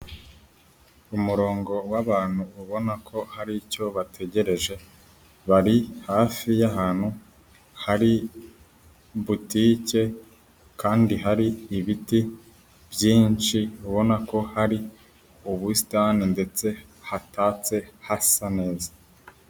Umurongo w'abantu ubona ko hari icyo bategereje, bari hafi y'ahantu hari butike kandi hari ibiti byinshi ubona ko hari ubusitani ndetse hatatse, hasa neza.